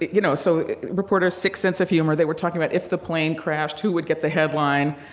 you know, so reporters sick sense of humor, they were talking about if the plane crashed, who would get the headline.